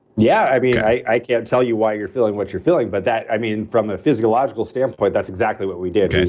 yeah, i mean, i can't tell you why you're feeling what you're feeling but, i mean, from a physiological standpoint, that's exactly what we did.